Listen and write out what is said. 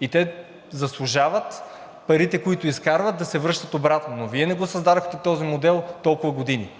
и те заслужават парите, които изкарват, да се връщат обратно, но Вие не го създадохте този модел толкова години.